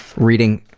reading